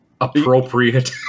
appropriate